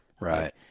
Right